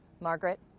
Margaret